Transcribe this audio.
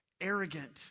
arrogant